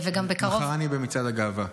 מחר אני במצעד הגאווה.